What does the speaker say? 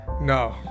No